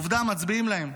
עובדה מצביעים להם.